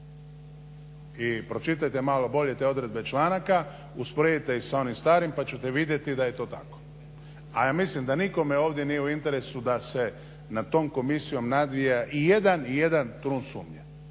I pročitajte malo bolje te odredbe članaka, usporedite ih sa onim starim pa ćete vidjeti da je to tako. A ja mislim da nikome ovdje nije u interesu da se nad tom komisijom nadvija ijedan trun sumnje.